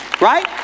right